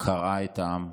קרעה את העם,